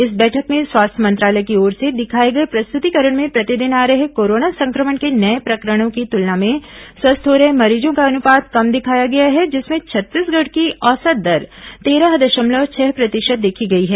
इस बैठक में स्वास्थ्य मंत्रालय की ओर से दिखाए गए प्रस्तुतिकरण में प्रतिदिन आ रहे कोरोना संक्रमण के नये प्रकरणों की तुलना में स्वस्थ हो रहे मरीजों का अनुपात कम दिखाया गया है जिसमें छत्तीसगढ़ की औसत दर तेरह दशमलव छह प्रतिशत देखी गई है